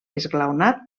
esglaonat